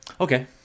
Okay